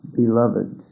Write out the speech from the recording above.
beloved